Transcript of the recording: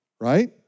right